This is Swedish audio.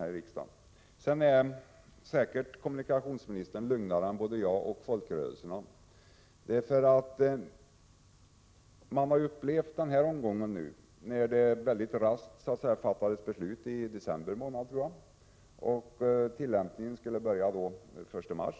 Kommunikationsministern är säkert lugnare än både jag och medlemmar av folkrörelserna är. När det gäller den här omgången har man ju fått uppleva att beslut har fattats väldigt raskt. Jag tror att det skedde i december månad. De nya bestämmelserna skall alltså börja tillämpas den 1 april.